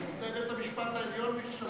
שופטי בית-המשפט העליון משתמשים בו.